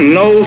no